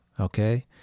Okay